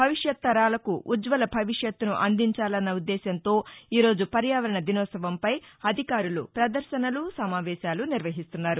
భవిష్యత్తరాలకు ఉజ్వల భవిష్యత్తును అందించాలన్న ఉద్దేళ్యంతో ఈ రోజు పర్యావరణ దినోత్సవంపై అధికారులు ప్రదర్భనలు సమావేశాలు నిర్వహిస్తున్నారు